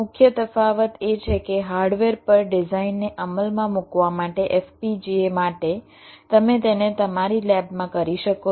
મુખ્ય તફાવત એ છે કે હાર્ડવેર પર ડિઝાઇનને અમલમાં મૂકવા માટે FPGA માટે તમે તેને તમારી લેબ માં કરી શકો છો